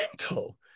mental